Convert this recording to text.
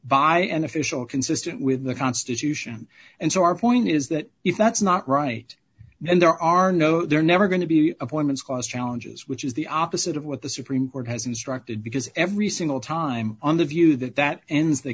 by an official consistent with the constitution and so our point is that if that's not right and there are no they're never going to be appointments cost challenges which is the opposite of what the supreme court has instructed because every single time on the view that that ends th